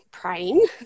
Praying